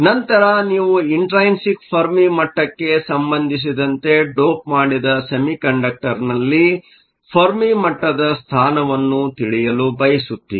ನಂತರ ನೀವು intrinsic Fermi ಮಟ್ಟಕ್ಕೆ ಸಂಬಂಧಿಸಿದಂತೆ ಡೋಪ್ ಮಾಡಿದ ಸೆಮಿಕಂಡಕ್ಟರ್ನಲ್ಲಿ ಫೆರ್ಮಿ ಮಟ್ಟದ ಸ್ಥಾನವನ್ನು ತಿಳಿಯಲು ಬಯಸುತ್ತೀರಿ